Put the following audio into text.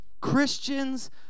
Christians